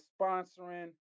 sponsoring